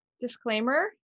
disclaimer